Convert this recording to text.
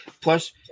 Plus